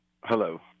Hello